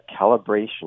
calibration